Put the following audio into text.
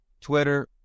twitter